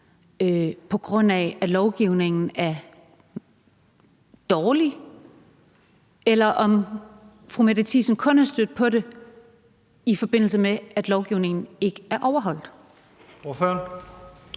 på grund af at lovgivningen er dårlig, eller om fru Mette Thiesen kun er stødt på det, i forbindelse med at lovgivningen ikke er overholdt. Kl.